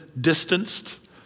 distanced